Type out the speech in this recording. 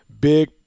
big